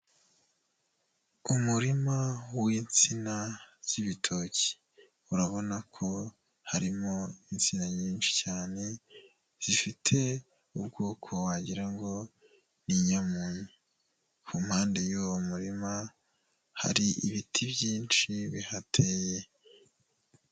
Umurima w'insina z'ibitoki, urabona ko harimo insina nyinshi cyane zifite ubwoko wagira ngo ni inyamunyo, ku mpande y'uwo murima hari ibiti byinshi bihateye.